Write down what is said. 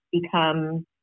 become